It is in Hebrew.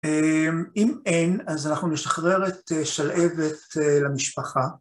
אם אין, אז אנחנו נשחרר את שלהבת למשפחה.